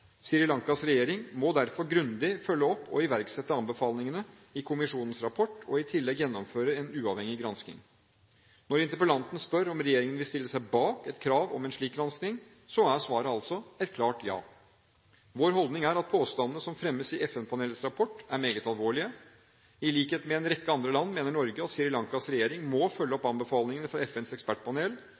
rapport og i tillegg gjennomføre en uavhengig gransking. Når interpellanten spør om regjeringen vil stille seg bak et krav om en slik gransking, er svaret altså et klart ja. Vår holdning er at påstandene som fremmes i FN-panelets rapport, er meget alvorlige. I likhet med en rekke andre land mener Norge at Sri Lankas regjering må følge opp anbefalingene fra FNs ekspertpanel